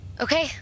Okay